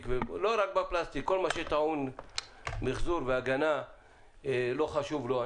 ובכל מה שטעון מיחזור והגנה לא חשוב לו.